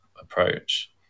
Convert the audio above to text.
approach